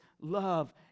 love